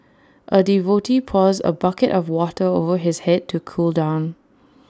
A devotee pours A bucket of water over his Head to cool down